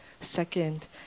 Second